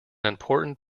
important